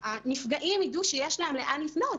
שהנפגעים ידעו שיש להם לאן לפנות.